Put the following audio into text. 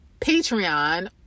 Patreon